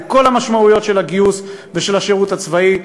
וכל המשמעויות של הגיוס ושל השירות הצבאי,